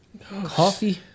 Coffee